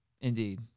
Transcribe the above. indeed